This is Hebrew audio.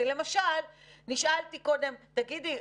כי למשל נשאלתי קודם: תגידי,